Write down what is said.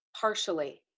Partially